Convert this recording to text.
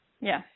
Yes